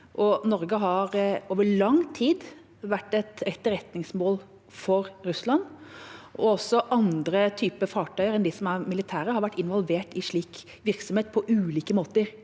Norge har over lang tid vært et etterretningsmål for Russland, og også andre typer fartøyer enn de som er militære, har vært involvert i slik virksomhet på ulike måter